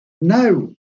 no